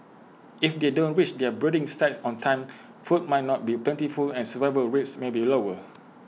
if they don't reach their breeding sites on time food might not be plentiful and survival rates may be lower